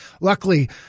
Luckily